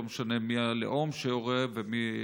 לא משנה מי הלאום שיורה ומי